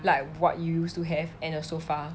like what you used to have and a sofa